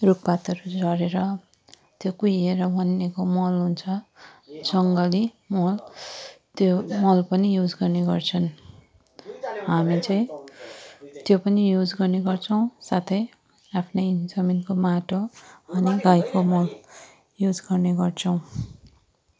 रुख पातहरू झरेर त्यो कुहिएर बनिएको मल हुन्छ जङ्गली मल त्यो मल पनि युज गर्ने गर्छन् हाम्रो चाहिँ त्यो पनि युज गर्ने गर्छौँ साथै आफ्नै जमिनको माटो अनि गाईको मल युज गर्ने गर्छौँ